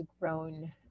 grown